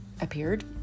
appeared